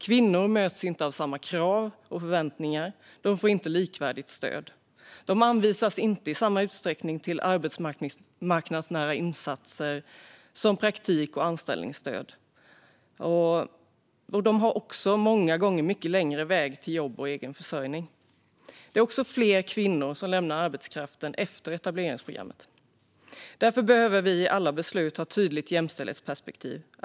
Kvinnor möts inte av samma krav och förväntningar och får inte likvärdigt stöd. De anvisas inte i samma utsträckning till arbetsmarknadsnära insatser som praktik och anställningsstöd, och de har många gånger mycket längre väg till jobb och egen försörjning. Det är också fler kvinnor som lämnar arbetskraften efter etableringsprogrammet. Därför behöver vi i alla beslut ha ett tydligt jämställdhetsperspektiv.